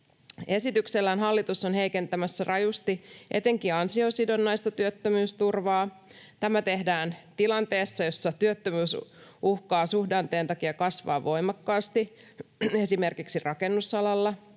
Esityksellään hallitus on heikentämässä rajusti etenkin ansiosidonnaista työttömyysturvaa. Tämä tehdään tilanteessa, jossa työttömyys uhkaa suhdanteen takia kasvaa voimakkaasti, esimerkiksi rakennusalalla,